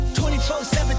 24-7